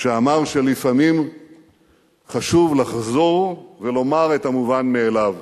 שאמר שלפעמים חשוב לחזור ולומר את המובן מאליו,